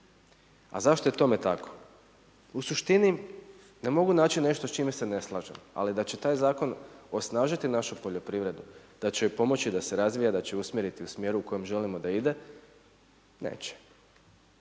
A zašto je tome tako? U suštini ne mogu nešto s čime se slažem, ali da će taj zakon osnažiti našu poljoprivredu, da će joj pomoći da se razvija, da će je usmjeriti u smjeru u kojem želimo da ide neće.